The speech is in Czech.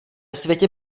světě